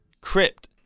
Crypt